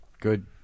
Good